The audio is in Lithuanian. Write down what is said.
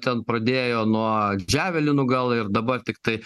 ten pradėjo nuo džiavelinų gal ir dabar tiktai